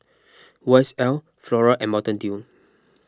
Y S L Flora and Mountain Dew